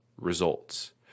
Results